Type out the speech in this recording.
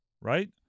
right